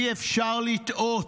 אי-אפשר לטעות.